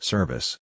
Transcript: Service